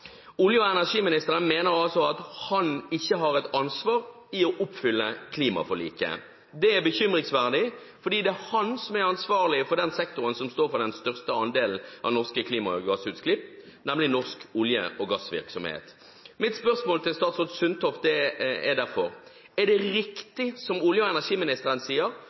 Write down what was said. Olje- og energiministeren mener altså at han ikke har et ansvar for å oppfylle klimaforliket. Det er bekymringsfullt, for det er han som er ansvarlig for den sektoren som står for den største andelen av norske klimagassutslipp, nemlig norsk olje- og gassvirksomhet. Mitt spørsmål til statsråd Sundtoft er derfor: Er det riktig, som olje- og energiministeren sier,